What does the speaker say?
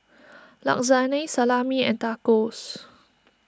Lasagne Salami and Tacos